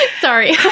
Sorry